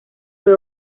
fue